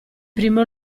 primo